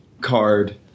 card